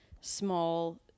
small